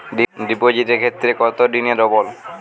ডিপোজিটের ক্ষেত্রে কত দিনে ডবল?